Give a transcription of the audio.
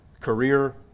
career